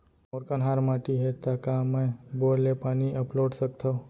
मोर कन्हार माटी हे, त का मैं बोर ले पानी अपलोड सकथव?